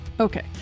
Okay